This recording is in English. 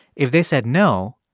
if they said no,